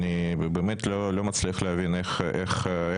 אני באמת לא מצליח להבין איך פספסתם.